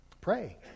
Pray